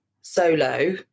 solo